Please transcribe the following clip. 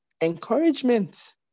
encouragement